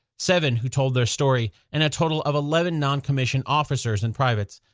seven who told their story and a total of eleven non-commissioned officers and privates.